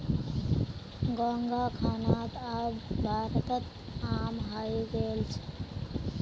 घोंघा खाना त अब भारतत आम हइ गेल छ